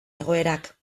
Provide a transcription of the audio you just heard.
egoerak